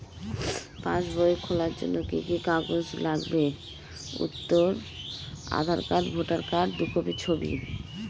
পাসবই খোলার জন্য কি কি কাগজ লাগবে?